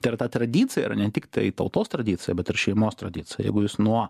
tai yra ta tradicija yra ne tiktai tautos tradicija bet ir šeimos tradicija jeigu jūs nuo